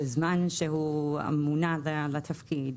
בזמן שהוא מונה לתפקיד,